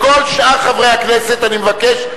לכל שאר חברי הכנסת: אני מבקש,